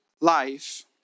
life